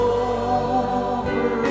over